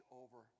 over